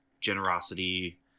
generosity